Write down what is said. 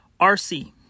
RC